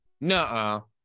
no